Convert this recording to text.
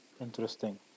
Interesting